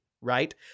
right